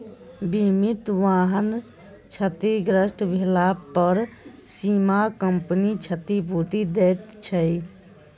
बीमित वाहन क्षतिग्रस्त भेलापर बीमा कम्पनी क्षतिपूर्ति दैत छै